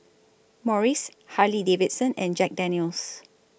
Morries Harley Davidson and Jack Daniel's